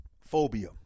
phobia